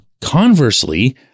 Conversely